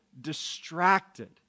distracted